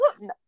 No